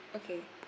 okay